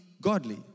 godly